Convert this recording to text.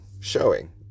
showing